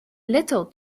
little